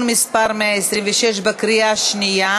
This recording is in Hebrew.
(תיקון מס' 126), התשע"ו 2016, בקריאה השנייה.